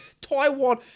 Taiwan